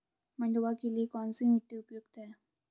मंडुवा के लिए कौन सी मिट्टी उपयुक्त है?